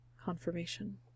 confirmation